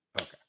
Okay